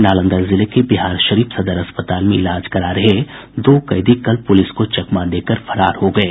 नालंदा जिले के बिहारशरीफ सदर अस्पताल में इलाज करा रहे दो कैदी कल पुलिस को चकमा देकर फरार हो गये